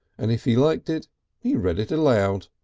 and if he liked it he read it aloud.